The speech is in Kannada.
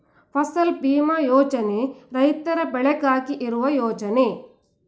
ಫಸಲ್ ಭೀಮಾ ಯೋಜನೆ ರೈತರ ಬೆಳೆಗಾಗಿ ಇರುವ ಯೋಜನೆ